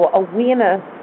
awareness